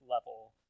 level